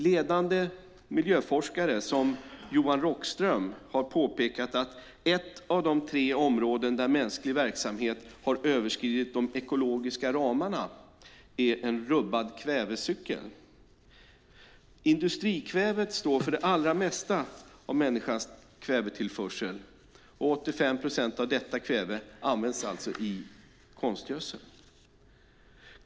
Ledande miljöforskare som Johan Rockström har påpekat att ett av de tre områden där mänsklig verksamhet har överskridit de ekologiska ramarna är en rubbad kvävecykel. Industrikvävet står för det allra mesta av människans kvävetillförsel, och 85 procent av detta kväve används i konstgödsel.